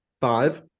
Five